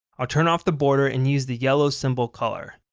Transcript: i'll turn off the border and use the yellow symbol color.